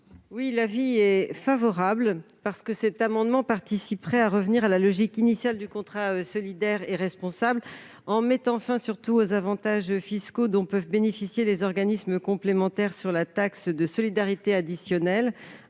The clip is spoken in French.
est l'avis de la commission ? Cet amendement vise à revenir à la logique initiale du contrat solidaire et responsable en mettant surtout fin aux avantages fiscaux dont peuvent bénéficier les organismes complémentaires sur la taxe de solidarité additionnelle.